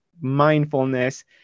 mindfulness